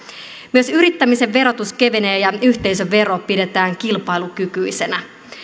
myös yrittämisen verotus kevenee ja yhteisövero pidetään kilpailukykyisenä